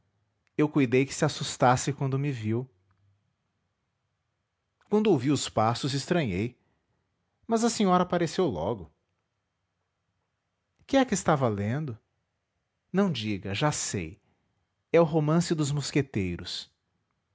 eu cuidei que se assustasse quando me viu quando ouvi os passos estranhei mas a senhora apareceu logo que é que estava lendo não diga já sei é o romance dos mosqueteiros